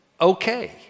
okay